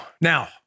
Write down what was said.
Now